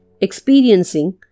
experiencing